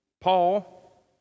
Paul